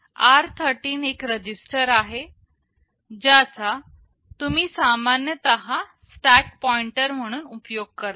r13 एक register आहे ज्याचा तुम्ही सामान्यतः स्टॅक पॉइंटर म्हणून उपयोग करता